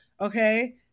Okay